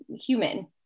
human